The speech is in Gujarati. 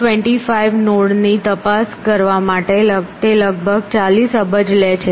10 25 નોડ ની તપાસ કરવા માટે તે લગભગ 40 અબજ લે છે